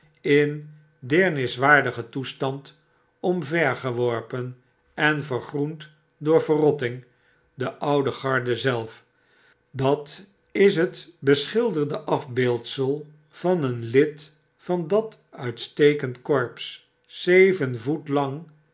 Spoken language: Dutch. in deerniswaardigen toestand omvergeworpen en vergroend door verrotting de oude garde zelf dat is het beschilderde afbeeldsel van een lid van dat uitstekend korps zeven voet lang